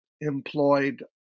employed